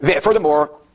Furthermore